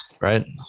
right